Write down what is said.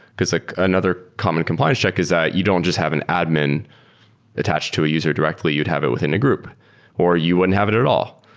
because like another common compliance check is that you don't just have an admin attached to a user directly. you'd have it within a group or you wouldn't have it at all.